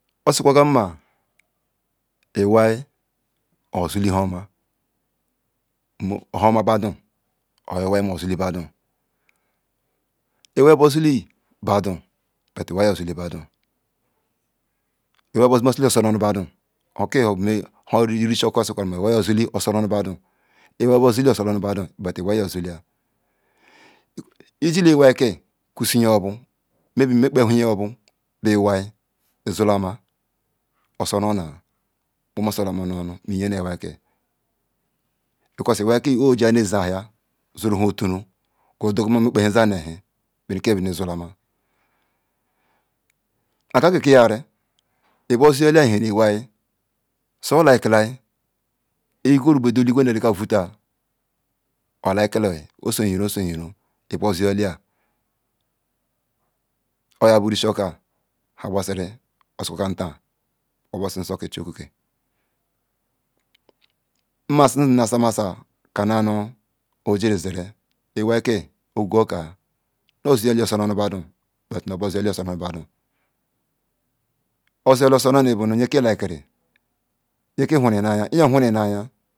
Osi quagan ma iwai ozuli huoma ohuo ma obadun or iwai oyo zuli bandun iwai bozile badun bet iwai yozuli badun iwai buzuli ozunu nu badan bet iwai yozula ijila iwai ka may be nu be mmenkpal han yaki with iwai izolama mkpoma solama nu nu ma iya na iwai ka because iwai ka oya jiya zen ihia zurum nham oturu gu ru dongum a nkpa ziya nha teibonu ezulama akakeki yari ibuzuyalie ihiren iwai osannal vurul eligwe nu elika vutal or like la osonyiron osonyiron obuzoyila oya bu ri shi oka osi kwagan tan obe nso ke chikeke nma nu zim na sayoka ojiri zeri iwai ke okwuga oka nu zilali osununu badou bet nu bu zuyali oso nu nu badu ozuyala oso nu badun yaka like kiri ohurun nayan yan oheri nu iyan